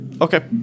Okay